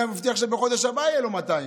מי מבטיח שבחודש הבא יהיו לו 200?